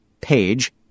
page